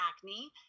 acne